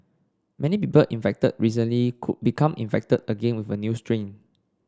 many people infected recently could become infected again with a new strain